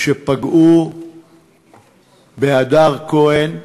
שפגעו בהדר כהן,